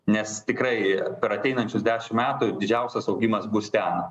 nes tikrai per ateinančius dešim metų didžiausias augimas bus ten